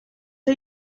are